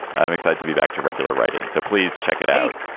i'm excited to be back to regular writing, so please check it out.